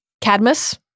Cadmus